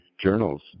journals